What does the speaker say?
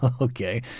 Okay